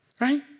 right